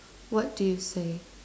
what do you say